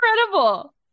incredible